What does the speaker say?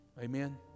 Amen